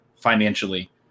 financially